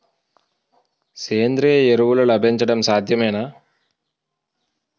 సేంద్రీయ ఎరువులు లభించడం సాధ్యమేనా?